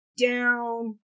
down